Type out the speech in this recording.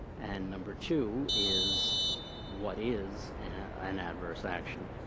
and number two is what is an adverse action.